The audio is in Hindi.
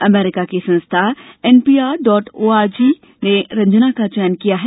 अमेरिका की संस्था एनपीआर डाट ओआरजी ने रंजना का चयन किया हैं